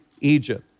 Egypt